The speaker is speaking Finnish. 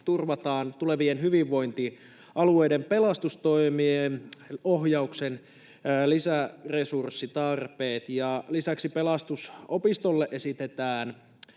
turvataan tulevien hyvinvointialueiden pelastustoimien ohjauksen lisäresurssitarpeet, ja lisäksi Pelastusopistolle esitetään